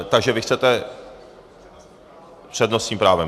Takže vy chcete s přednostním právem.